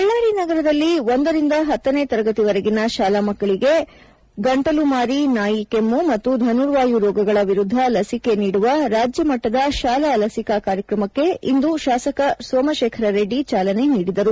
ಬಳ್ಳಾರಿ ನಗರದಲ್ಲಿ ಒಂದರಿಂದ ಹತ್ತನೇ ತರಗತಿವರೆಗಿನ ಶಾಲಾ ಮಕ್ಕಳಿಗೆ ಗಂಟಲುಮಾರಿ ನಾಯಿಕೆಮ್ಮು ಮತ್ತು ಧನುರ್ವಾಯು ರೋಗಗಳ ವಿರುದ್ದ ಲಸಿಕೆ ನೀಡುವ ರಾಜ್ಯ ಮಟ್ಟದ ಶಾಲಾ ಲಸಿಕಾ ಕಾರ್ಯಕ್ರಮಕ್ಕೆ ಇಂದು ಶಾಸಕ ಸೋಮಶೇಖರ ರೆಡ್ಡಿ ಚಾಲನೆ ನೀಡಿದರು